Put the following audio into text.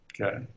Okay